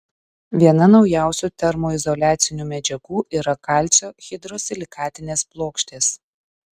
viena naujausių termoizoliacinių medžiagų yra kalcio hidrosilikatinės plokštės